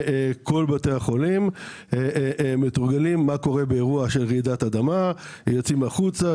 בתי החולים מתורגלים באירוע של רעידת אדמה - יוצאים החוצה,